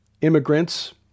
immigrants